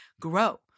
grow